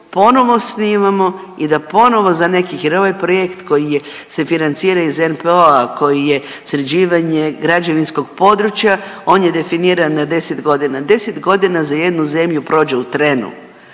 ponovo snimamo i da ponovo za neki dobar projekt koji se financira iz NPOO-a, koji je sređivanje građevinskog područja on je definiran na 10.g., 10.g. za jednu zemlju prođe u trenu,